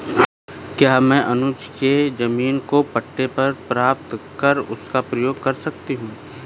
क्या मैं अनुज के जमीन को पट्टे पर प्राप्त कर उसका प्रयोग कर सकती हूं?